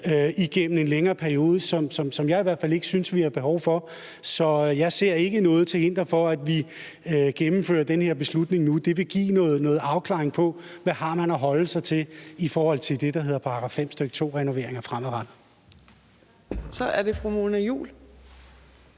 igennem en længere periode, som jeg i hvert fald ikke synes vi har behov for. Så jeg ser ikke noget til hinder for, at vi gennemfører den her beslutning nu. Det vil give noget afklaring på, hvad man har at holde sig til i forhold til det, der hedder § 5, stk. 2-renoveringer, fremadrettet. Kl.